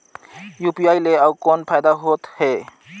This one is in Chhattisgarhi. यू.पी.आई ले अउ कौन फायदा होथ है?